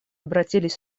обратились